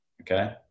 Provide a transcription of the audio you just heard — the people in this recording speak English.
Okay